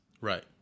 Right